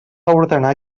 ordenar